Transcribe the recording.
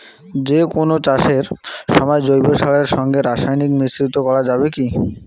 যে কোন চাষের সময় জৈব সারের সঙ্গে রাসায়নিক মিশ্রিত করা যাবে কি?